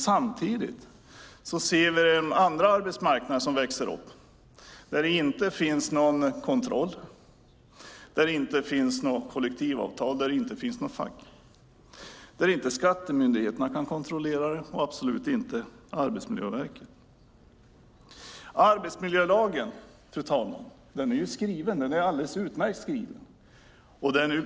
Samtidigt ser vi en annan arbetsmarknad som växer upp där det inte finns någon kontroll, där det inte finns något kollektivavtal, där det inte finns något fack, arbetsplatser som inte skattemyndigheterna kan kontrollera och absolut inte Arbetsmiljöverket. Arbetsmiljölagen, fru talman, är alldeles utmärkt skriven.